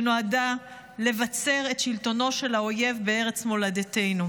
שנועדה לבצר את שלטונו של האויב בארץ מולדתנו.